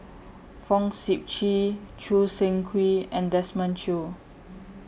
Fong Sip Chee Choo Seng Quee and Desmond Choo